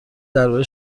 درباره